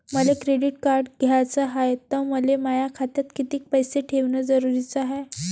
मले credit card घ्याचं हाय, त मले माया खात्यात कितीक पैसे ठेवणं जरुरीच हाय?